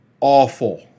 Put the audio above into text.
awful